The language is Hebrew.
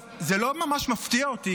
זה לא ממש מפתיע אותי,